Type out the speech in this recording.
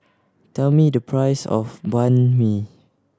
tell me the price of Banh Mi